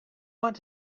want